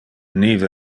nive